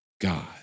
God